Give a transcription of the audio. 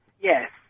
Yes